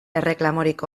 erreklamorik